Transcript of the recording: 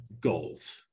goals